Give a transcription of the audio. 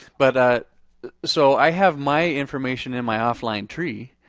but ah so i have my information in my offline tree.